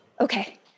Okay